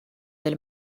del